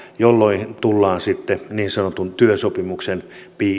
jolloin tullaan sitten niin sanotun työsopimuksen piiriin